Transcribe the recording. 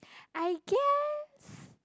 I guess